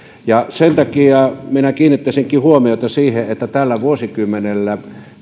sen takia minä kiinnittäisinkin huomiota siihen että tällä vuosikymmenellä